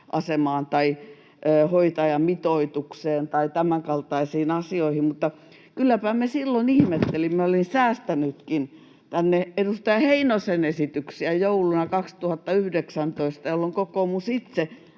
asemaan tai hoitajamitoitukseen tai tämänkaltaisiin asioihin. Mutta kylläpä me silloin ihmettelimme — minä olin säästänytkin tänne edustaja Heinosen esityksiä joululta 2019, jolloin kokoomus itse